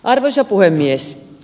arvoisa puhemies